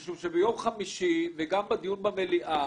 משום שביום חמישי וגם בדיון במליאה